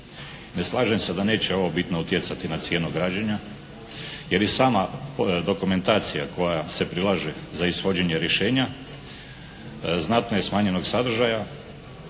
Ne slažem se da neće ovo bitno utjecati na cijenu građenja jer i sama dokumentacija koja se prilaže za ishođenje rješenja znatno je smanjenog sadržaja,